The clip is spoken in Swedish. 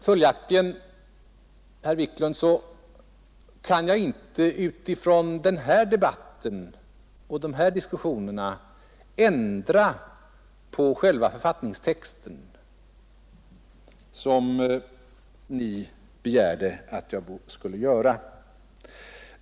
Följaktligen, herr Wiklund, kan jag inte, utifrån denna debatt och dessa diskussioner, ändra på själva författningstexten som Ni begärde att jag skulle göra.